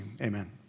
Amen